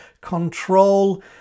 control